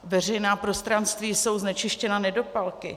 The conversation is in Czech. Veřejná prostranství jsou znečištěna nedopalky.